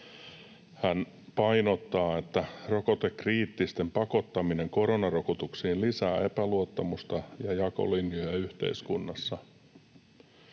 Hän painottaa, että rokotekriittisten pakottaminen koro-narokotuksiin lisää epäluottamusta ja jakolinjoja yhteiskunnassa.